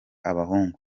abahungu